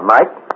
Mike